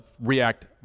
react